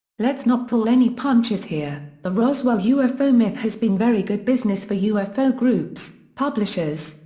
let's not pull any punches here the roswell ufo myth has been very good business for ufo groups, publishers,